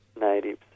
natives